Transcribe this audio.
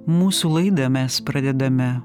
mūsų laidą mes pradedame